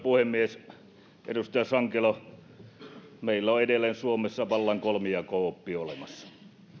puhemies edustaja sankelo meillä on edelleen suomessa vallan kolmijako oppi olemassa